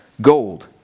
gold